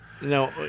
No